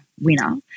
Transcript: winner